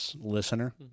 listener